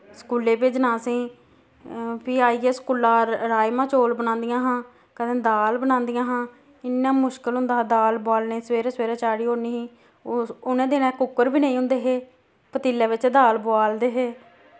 स्कूलै भेजना असें गी फ्ही आइयै स्कूला र राइमा चौल बनांदियां हां कदैं दाल बनांदियां हां इन्ना मुश्कल होंदा हा दाल बोआलनी सबेरे सबेरे चाढ़ी ओड़नी ही ओस उ'नें दिनैं कुक्कर बी नेईं होंदे हे पतीले बिच्च दाल बोआलदे हे